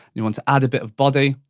you want to add a bit of body.